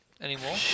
anymore